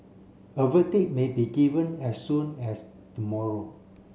a verdict may be given as soon as tomorrow